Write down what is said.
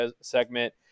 segment